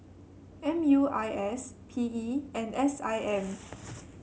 M U I S P E and S I M